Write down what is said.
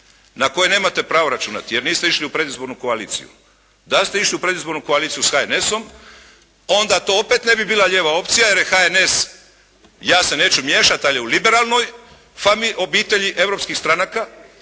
na koje nemate pravo računati jer niste išli u predizbornu koaliciju. Da ste išli u predizbornu koaliciju s HNS-om onda to opet ne bi bila lijeva opcija jer je HNS, ja se neću miješati ali je u liberalnoj obitelji europskih stranaka,